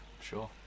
sure